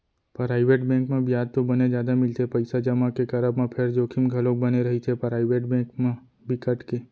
private bank म बियाज तो बने जादा मिलथे पइसा जमा के करब म फेर जोखिम घलोक बने रहिथे, पराइवेट बेंक म बिकट के